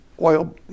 oil